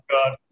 God